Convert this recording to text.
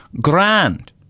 Grand